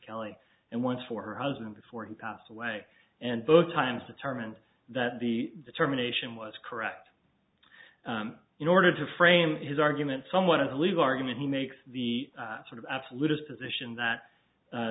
kelly and one for her husband before he passed away and both times determined that the determination was correct in order to frame his argument somewhat to leave argument he makes the sort of absolutist position that